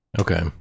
Okay